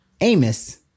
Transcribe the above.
Amos